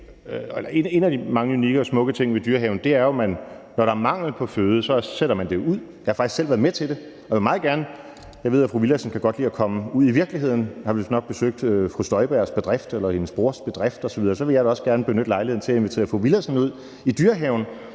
de mange unikke og smukke ting ved Dyrehaven, er, som jeg forstår det, at når der er mangel på føde, sætter man det ud. Jeg har faktisk selv været med til det. Jeg ved, at fru Mai Villadsen godt kan lide at komme ud i virkeligheden og vistnok har besøgt fru Inger Støjbergs brors bedrift osv., så jeg vil da også gerne benytte lejligheden til at invitere fru Mai Villadsen ud i Dyrehaven.